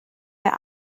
wir